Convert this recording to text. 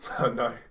No